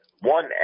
one